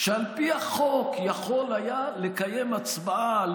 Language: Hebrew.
שעל פי החוק יכול היה לקיים הצבעה על